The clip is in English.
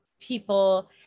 people